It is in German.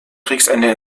kriegsende